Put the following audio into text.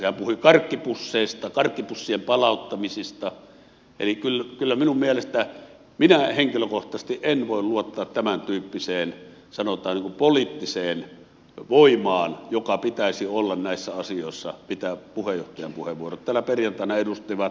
hän puhui karkkipusseista karkkipussien palauttamisista eli kyllä kyllä minun mielestä minä henkilökohtaisesti en voi luottaa tämäntyyppiseen sanotaan poliittiseen voimaan joka pitäisi olla näissä asioissa mitä puheenjohtajan puheenvuorot täällä perjantaina edustivat